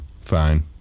fine